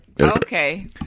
Okay